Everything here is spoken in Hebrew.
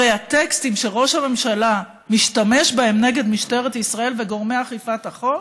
הרי הטקסטים שראש הממשלה משתמש בהם נגד משטרת ישראל וגורמי אכיפת החוק,